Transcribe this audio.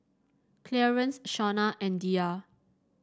Clearence Shona and Diya